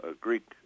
Greek